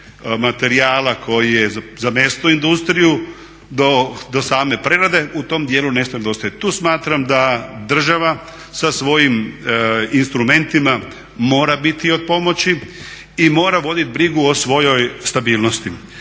materijala koji je za mesnu industriju do same prerade, u tom dijelu nešto nedostaje. Tu smatram da država sa svojim instrumentima mora biti od pomoći i mora voditi brigu o svojoj stabilnosti.